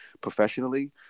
professionally